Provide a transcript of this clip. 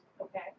Okay